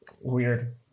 weird